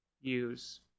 use